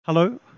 Hello